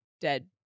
dead